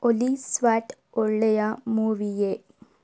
ಒಲಿ ಸ್ವಾಟ್ ಒಳ್ಳೆಯ ಮೂವಿಯೇ